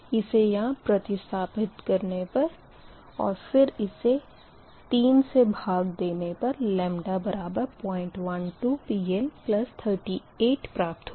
इसे यहाँ प्रतिस्थापित करने पर और फिर इसे 3 भाग देने पर 012 PL38 प्राप्त होगा